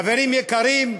חברים יקרים,